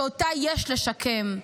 שאותה יש לשקם.